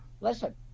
listen